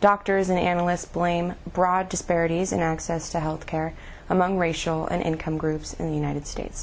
doctors and analysts blame broad disparities in access to health care among racial and income groups in the united states